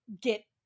get